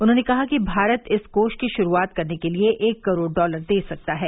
उन्होंने कहा कि भारत इस कोष की शुरूआत करने के लिए एक करोड़ डॉलर दे सकता है